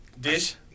Dish